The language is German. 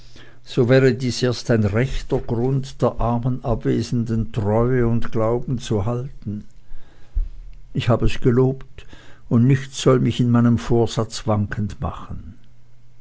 so wäre dies erst ein rechter grund der armen abwesenden treue und glauben zu halten ich habe es gelobt und nichts soll mich in meinem vorsatz wankend machen